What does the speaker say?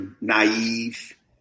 naive